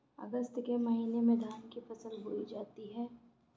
अगस्त के महीने में धान की फसल बोई जाती हैं